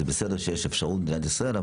זה בסדר שיש אפשרות במדינת ישראל,